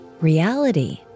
reality